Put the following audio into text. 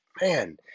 man